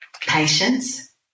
patience